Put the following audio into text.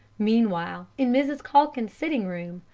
meanwhile, in mrs. calkins's sitting-room,